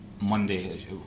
Monday